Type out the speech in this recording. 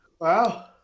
Wow